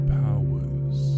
powers